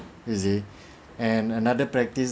you see and another practice